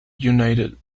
united